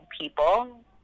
people